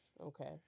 Okay